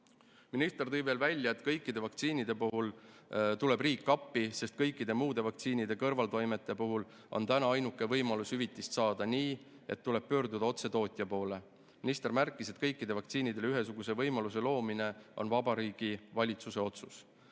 hüvitada. Minister tõi veel välja, et kõikide vaktsiinide puhul tuleb riik appi, sest kõikide muude vaktsiinide kõrvaltoimete puhul on ainuke võimalus hüvitist saada nii, et tuleb pöörduda otse tootja poole. Minister märkis, et kõikidele vaktsiinidele ühesuguse võimaluse loomine on Vabariigi Valitsuse otsus.